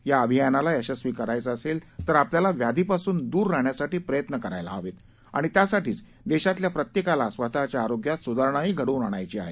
या अभियानाला यशस्वी करण्यासाठी आपल्याला व्याधीपासून दूर राहाण्यासाठी प्रयत्न करत राहायचंय आणि त्यासाठीच देशातल्या प्रत्येकाला स्वतःच्या आरोग्यात सुधारणाही घडवून आणायची आहे